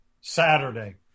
Saturday